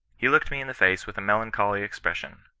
he looked me in the face with a melancholy expression.